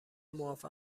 معاف